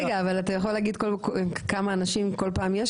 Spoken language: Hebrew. רגע, אבל אתה יכול להגיד כמה אנשים כל פעם יש?